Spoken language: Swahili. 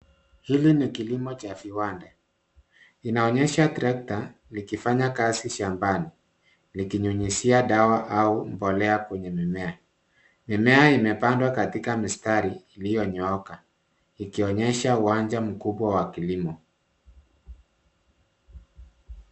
Hili ni kilimo cha viwanda, inaonyesha trakta likifanya kazi shambani. likinyunyizia dawa au mbolea kwenye mimea. Mimea imepandwa katika mistari iliyonyooka, ikionyesha uwanja mkubwa wa kilimo.